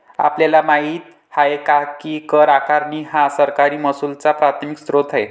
आपल्याला माहित आहे काय की कर आकारणी हा सरकारी महसुलाचा प्राथमिक स्त्रोत आहे